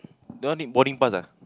that one need boarding pass ah